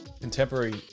contemporary